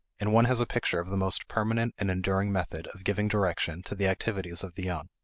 and one has a picture of the most permanent and enduring method of giving direction to the activities of the young.